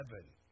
heaven